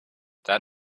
that